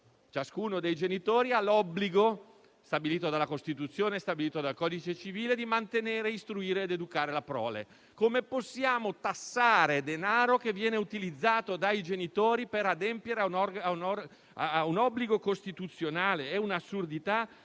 Ciascuno dei genitori ha l'obbligo, stabilito dalla Costituzione e dal codice civile, di mantenere, istruire ed educare la prole. Come possiamo tassare denaro che viene utilizzato dai genitori per adempiere a un obbligo costituzionale? È un'assurdità,